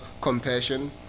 compassion